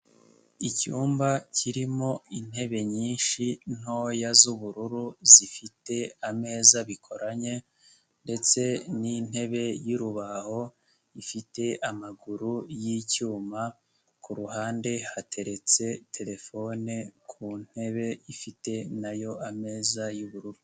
Icyumba kirimo intebe nyinshi ntoya z'ubururu zifite ameza bikoranye ndetse ninintebe y'urubaho ifite amaguru yicyuma, ku ruhande hateretse terefone ku ntebe ifite nayo ameza y'ubururu.